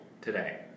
today